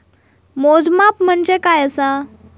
मोजमाप म्हणजे काय असा?